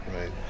right